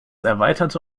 erweiterte